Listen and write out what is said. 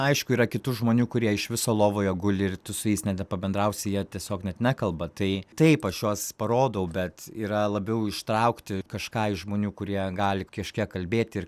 aišku yra kitų žmonių kurie iš viso lovoje guli ir tu su jais net nepabendrausi jie tiesiog net nekalba tai taip aš juos parodau bet yra labiau ištraukti kažką iš žmonių kurie gali kažkiek kalbėti